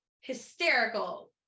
hysterical